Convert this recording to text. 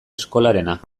eskolarena